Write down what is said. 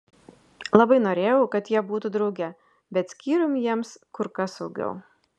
labai norėjau kad jie būtų drauge bet skyrium jiems kur kas saugiau